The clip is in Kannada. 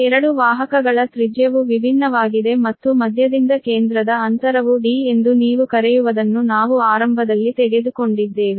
2 ವಾಹಕಗಳ ತ್ರಿಜ್ಯವು ವಿಭಿನ್ನವಾಗಿದೆ ಮತ್ತು ಮಧ್ಯದಿಂದ ಕೇಂದ್ರದ ಅಂತರವು D ಎಂದು ನೀವು ಕರೆಯುವದನ್ನು ನಾವು ಆರಂಭದಲ್ಲಿ ತೆಗೆದುಕೊಂಡಿದ್ದೇವೆ